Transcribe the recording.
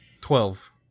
Twelve